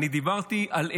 אני דיברתי על אמון,